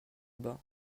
bas